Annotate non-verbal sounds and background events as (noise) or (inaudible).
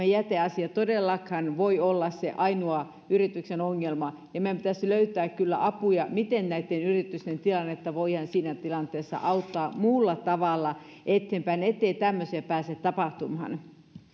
(unintelligible) jäteasia todellakaan voi olla se ainoa yrityksen ongelma meidän pitäisi löytää kyllä apuja miten näitten yritysten tilannetta voidaan siinä tilanteessa auttaa muulla tavalla eteenpäin ettei tämmöisiä pääse tapahtumaan